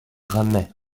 ramait